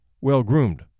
well-groomed